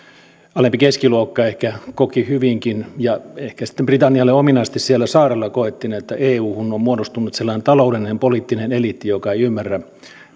alempi keskiluokka ehkä koki hyvinkin ja ehkä sitten britannialle ominaisesti siellä saarella koettiin että euhun on muodostunut sellainen taloudellinen poliittinen eliitti joka ei ymmärrä